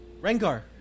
Rengar